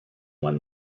one